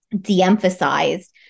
de-emphasized